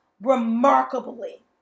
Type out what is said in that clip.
remarkably